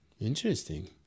Interesting